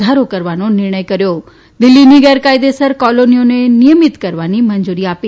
વધારો કરવાનો નિર્ણય કર્યો દિલ્હીની ગેરકાયદેસર કોલોનીઓને નિયમિત કરવાની મંજૂરી આપી